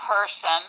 person